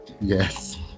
yes